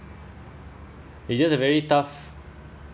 it just a very tough